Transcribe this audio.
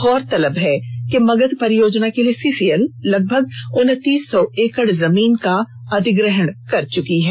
गौरतलब है कि मगध परियोजना के लिए सीसीएल लगभग उनतीस सौ एकड़ जमीन का अधिग्रहण कर चुकी है